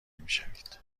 میشوید